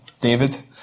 David